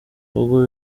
ubwo